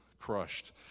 crushed